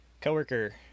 coworker